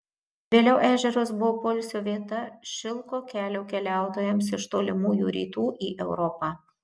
vėliau ežeras buvo poilsio vieta šilko kelio keliautojams iš tolimųjų rytų į europą